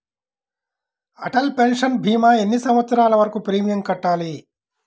Atal pension భీమా ఎన్ని సంవత్సరాలు వరకు ప్రీమియం కట్టాలి?